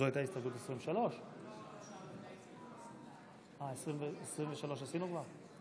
זו הייתה הסתייגות 23. אה, 23 עשינו כבר?